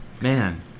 Man